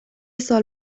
سال